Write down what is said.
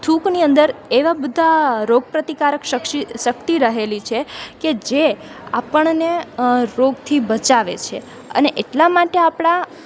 થૂંકની અંદર એવાં બધાં રોગપ્રતિકારક શક્તિ રહેલી છે કે જે આપણને રોગથી બચાવે છે અને એટલાં માટે આપણા